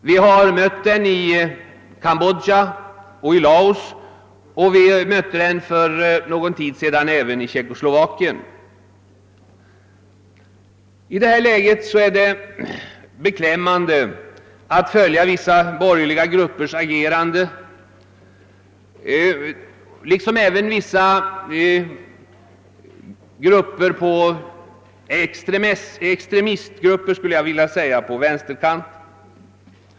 Vi har mött den i Kambodja och i Laos och vi mötte den för någon tid sedan även i Tjeckoslovakien. I detta läge är det beklämmande att följa vissa borgerliga gruppers agerande liksom även agerandet hos vissa extremistgruppers på vänsterkanten.